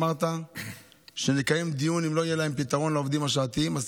אמרת שאם לא יהיה פתרון לעובדים השעתיים נקיים דיון,